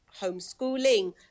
homeschooling